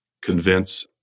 convince